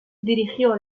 dirigió